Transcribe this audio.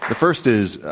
first is,